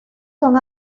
son